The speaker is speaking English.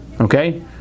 Okay